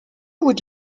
would